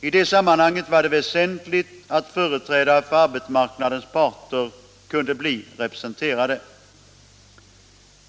I det sammanhanget var det väsentligt att företrädare för arbetsmarknadens parter kunde bli representerade.